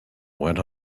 went